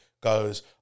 goes